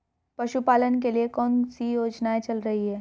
पशुपालन के लिए कौन सी योजना चल रही है?